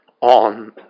on